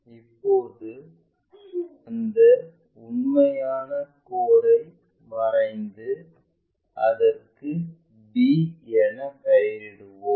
இப்போது அந்த உண்மையான கோடுயை வரைந்து அதற்கு b எனப்பெயரிடுவோம்